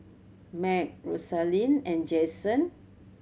Macy Rosalyn and Jasen